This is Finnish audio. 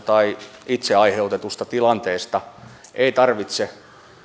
tai itse aiheutetusta tilanteesta ei tarvitse